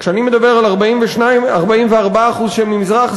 כשאני מדבר על 44% שהם ממזרח,